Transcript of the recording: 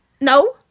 No